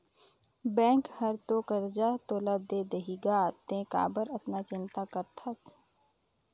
bank हर तो करजा तोला दे देहीगा तें काबर अतना चिंता करथस